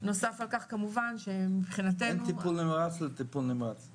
נוסף על כך כמובן שמבחינתנו --- אין טיפול נמרץ לטיפול נמרץ.